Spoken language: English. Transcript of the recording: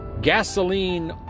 gasoline